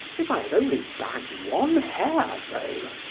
if i had only bagged one hare though!